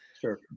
Sure